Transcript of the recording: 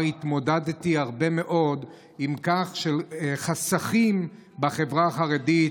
התמודדתי הרבה מאוד עם חסכים בחברה החרדית,